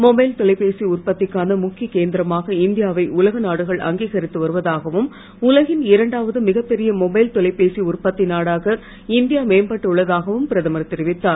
mobile தொலைபேசி உற்பத்திக்கான முக்கிய கேந்திரமாக இந்தியாவை உலக நாடுகள் அங்கீகரித்து வருவதாகவும் உலகின் இரண்டாவது மிக பெரிய மொபைல் தொலைபேசி உற்பத்தி நாடாக இந்தியா மேம்பட்டு உள்ளதாகவும் பிரதமர் தெரிவித்தார்